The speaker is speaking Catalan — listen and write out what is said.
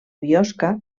biosca